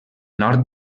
nord